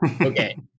okay